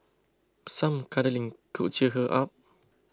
some cuddling could cheer her up